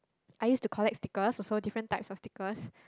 I used to collect stickers also different type of stickers